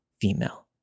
female